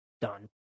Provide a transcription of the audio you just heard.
done